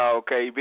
okay